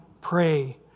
pray